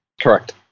Correct